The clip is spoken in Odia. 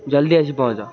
ଜଲ୍ଦି ଆସି ପହଞ୍ଚ